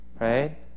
right